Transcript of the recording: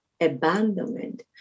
abandonment